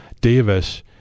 Davis